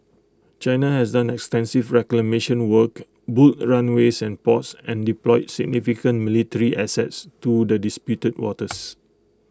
China has done extensive reclamation work boot A runways and ports and deployed significant military assets to the disputed waters